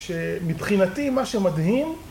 שמבחינתי, מה שמדהים.